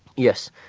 yes,